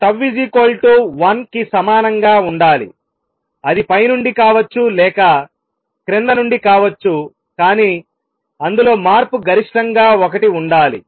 τ 1 కి సమానంగా ఉండాలిఅది పై నుండి కావచ్చు లేక క్రింద నుండి కావచ్చు కానీ అందులో మార్పు గరిష్ఠంగా ఒకటి ఉండాలి